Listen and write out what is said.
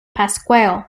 pasquale